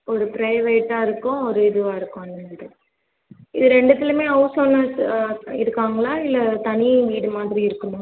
ஒரு பிரைவேட்டாக இருக்கும் ஒரு இதுவாக இருக்கும் அந்தமாதிரி இது இது ரெண்டுத்துலையுமே ஹவுஸ் ஓனெர்ஸ் இருப்பாங்களா இல்லை தனி வீடு மாதிரி இருக்குமா